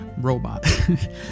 robot